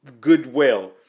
goodwill